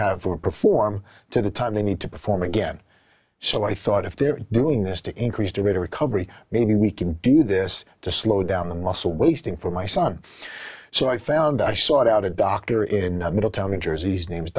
have or perform to the time they need to perform again so i thought if they're doing this to increase the rate of recovery maybe we can do this to slow down the muscle wasting for my son so i found i sought out a doctor in middletown new jersey's name